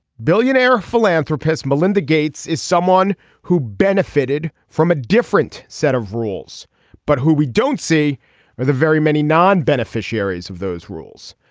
billionaire philanthropist melinda gates is someone who benefited from a different set of rules but who we don't see are the very many non beneficiaries of those rules.